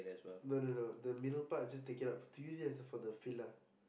no no no the middle just take it out to use it as for the filler